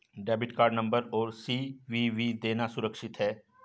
Debit card number और CVV देना सुरक्षित है?